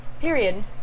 Period